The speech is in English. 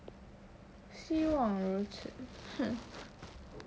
希望如此